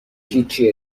هیچی